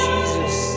Jesus